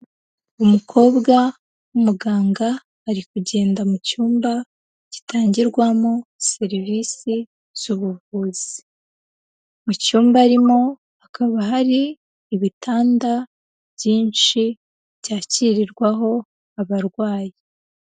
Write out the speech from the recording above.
Umukobwa w'umuganga ari kugenda mu cyumba gitangirwamo serivisi z'ubuvuzi. Mu cyumba arimo hakaba hari ibitanda byinshi byakirirwaho abarwayi.